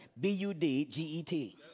B-U-D-G-E-T